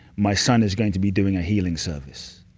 my son is going to be doing a healing service,